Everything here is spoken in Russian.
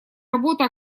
работа